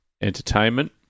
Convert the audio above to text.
Entertainment